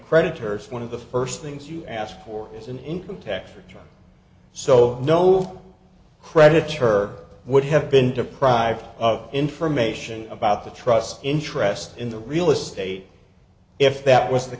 creditors one of the first things you ask for is an income tax return so no credits her would have been deprived of information about the trust interest in the real estate if that was the